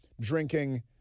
drinking